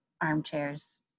armchairs